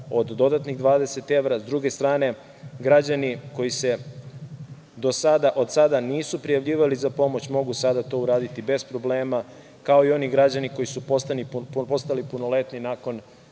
od dodatnih 20 evra. Sa druge strane, građani koji se do sada nisu prijavljivali za pomoć mogu sada to uraditi bez problema, kao i oni građani koji su postali punoletni nakon